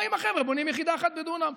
באים החבר'ה ובונים יחידה אחת בדונם.